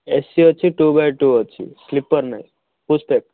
AC ଅଛି two by two ଅଛି sleeper ନାହିଁ ପୁସ୍ ଵେକ୍